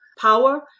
power